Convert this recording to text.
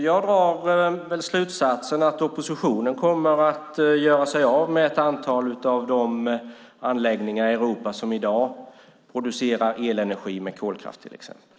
Jag drar slutsatsen att oppositionen kommer att göra sig av med ett antal av de anläggningar i Europa som i dag producerar elenergi med kolkraft till exempel.